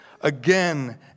Again